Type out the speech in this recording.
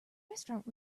restaurant